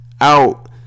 out